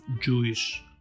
Jewish